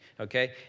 Okay